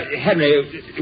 Henry